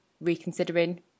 reconsidering